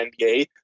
NBA